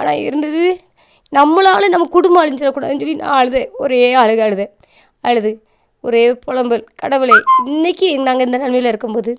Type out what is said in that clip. ஆனால் இருந்தது நம்மளால் நம்ம குடும்பம் அழிஞ்சிடக்கூடாதுன்னு சொல்லி நான் அழுதேன் ஒரே அழுகை அழுதேன் அழுது ஒரே பொலம்பல் கடவுளே இன்றைக்கி நாங்கள் இந்த நிலமையில இருக்கும் போது